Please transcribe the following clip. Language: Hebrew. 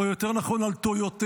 או יותר נכון על טויוטותיה.